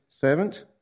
servant